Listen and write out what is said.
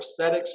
prosthetics